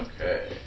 okay